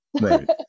right